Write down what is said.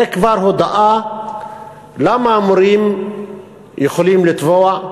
זה כבר הודאה למה המורים יכולים לתבוע,